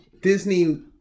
Disney